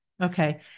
okay